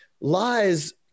lies